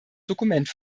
dokument